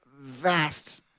vast